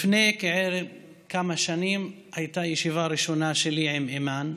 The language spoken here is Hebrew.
לפני כמה שנים הייתה הישיבה הראשונה שלי עם אימאן.